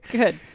good